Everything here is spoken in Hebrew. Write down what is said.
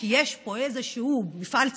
כי יש פה איזשהו מפעל ציוני,